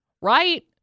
Right